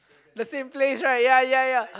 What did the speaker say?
the same place right ya ya ya